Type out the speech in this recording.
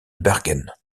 bergen